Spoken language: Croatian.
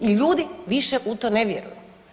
I ljudi više u to ne vjeruju.